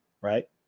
right